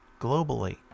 globally